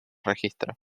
registra